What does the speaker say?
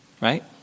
right